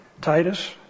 Titus